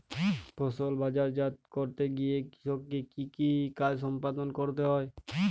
ফসল বাজারজাত করতে গিয়ে কৃষককে কি কি কাজ সম্পাদন করতে হয়?